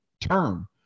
term